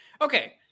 Okay